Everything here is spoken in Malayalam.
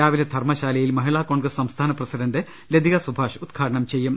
രാവിലെ ധർമ്മശാലയിൽ മഹിളാ കോൺഗ്രസ് സംസ്ഥാന പ്രസിഡണ്ട് ലതിക സുഭാഷ് ഉദ്ഘാടനം ചെയ്യും